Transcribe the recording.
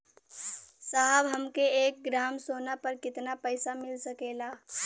साहब हमके एक ग्रामसोना पर कितना पइसा मिल सकेला?